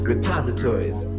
repositories